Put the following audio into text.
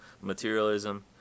materialism